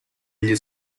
gli